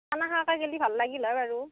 খানা খোৱাকৈ গ'লে ভাল লাগিল হয় বাৰু